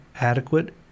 adequate